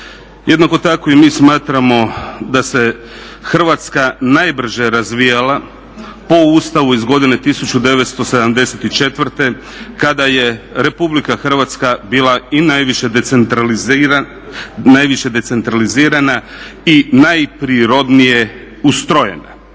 Jednako tako i mi smatramo da se Hrvatska najbrže razvijala po Ustavu iz godine 1974. kada je Republika Hrvatska bila i najviše decentralizirana i najprirodnije ustrojena.